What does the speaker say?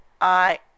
I—